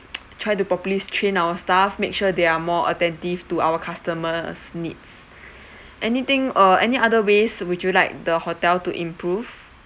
try to properly train our staff make sure they are more attentive to our customers' needs anything or any other ways would you like the hotel to improve